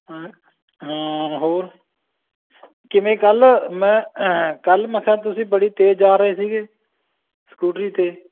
ਹਾਂ ਹਾਂ ਹੋਰ ਕਿਵੇਂ ਕੱਲ੍ਹ ਮੈਂ ਕੱਲ੍ਹ ਮੈਂ ਕਿਹਾ ਤੁਸੀਂ ਬੜੀ ਤੇਜ਼ ਜਾ ਰਹੇ ਸੀਗੇ ਸਕੂਟਰੀ 'ਤੇ